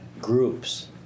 groups